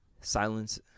silence